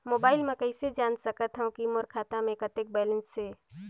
Mobile म कइसे जान सकथव कि मोर खाता म कतेक बैलेंस से?